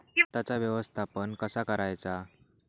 खताचा व्यवस्थापन कसा करायचा?